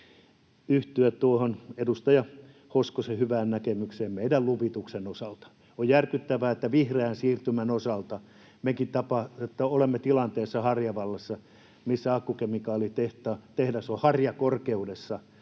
yhtyä tuohon edustaja Hoskosen hyvään näkemykseen meidän luvituksen osalta. On järkyttävää, että vihreän siirtymän osalta mekin olemme Harjavallassa tilanteessa, missä akkukemikaalitehdas on harjakorkeudessa